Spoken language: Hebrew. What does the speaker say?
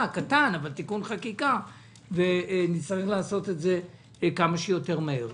קטן ונצטרך לעשות את זה כמה שיותר מהר.